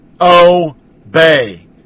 obey